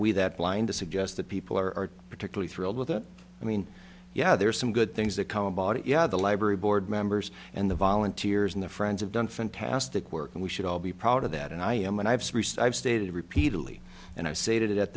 we that blind to suggest that people are particularly thrilled with it i mean yeah there are some good things that come about it yeah the library board members and the volunteers and the friends have done fantastic work and we should all be proud of that and i am and i have stated repeatedly and i say that at